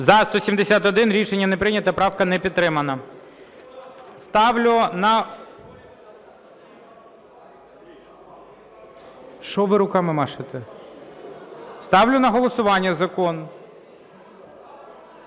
За-171 Рішення не прийнято. Правка не підтримана. Ставлю.. Що ви руками машите? Ставлю на голосування закон...